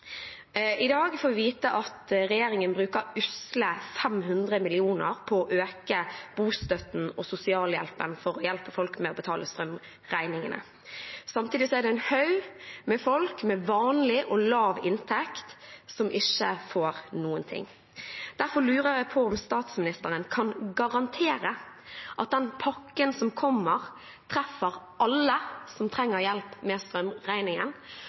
I dag får vi vite at regjeringen bruker usle 500 mill. kr på å øke bostøtten og sosialhjelpen for å hjelpe folk med å betale strømregningene. Samtidig er det en haug med folk med vanlig og lav inntekt som ikke får noe. Derfor lurer jeg på om statsministeren kan garantere at den pakken som kommer, treffer alle som trenger hjelp med strømregningen,